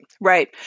right